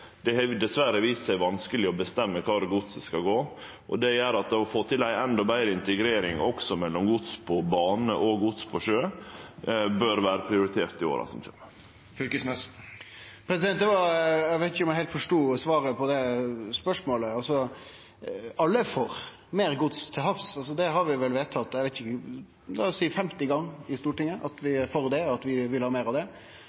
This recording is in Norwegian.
Det har dessverre vist seg vanskeleg å bestemme kvar godset skal gå, og det gjer at å få til ei endå betre integrering mellom gods på bane og gods på sjø bør vere prioritert i åra som kjem. Eg veit ikkje om eg heilt forstod svaret på spørsmålet mitt. Alle er for meir gods til havs; det har vi vel vedteke – la oss seie – femti gonger i Stortinget at vi er for, at vi vil ha meir av det.